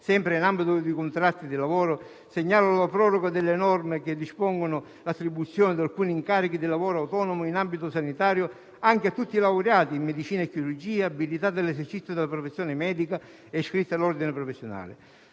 sempre in ambito di contratti di lavoro, segnalo la proroga delle norme che dispongono l'attribuzione di alcuni incarichi di lavoro autonomo in ambito sanitario anche a tutti i laureati in medicina e chirurgia abilitati all'esercizio della professione medica e iscritti all'ordine professionale.